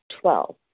Twelve